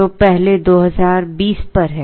तो पहले 2000 20 पर है